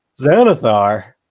Xanathar